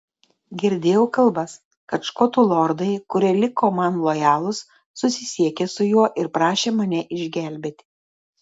girdėjau kalbas kad škotų lordai kurie liko man lojalūs susisiekė su juo ir prašė mane išgelbėti